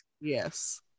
Yes